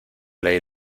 ley